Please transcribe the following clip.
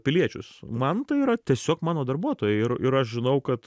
piliečius man tai yra tiesiog mano darbuotojai ir ir aš žinau kad